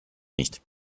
nicht